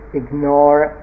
ignore